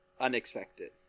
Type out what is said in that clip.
unexpected